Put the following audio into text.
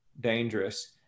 dangerous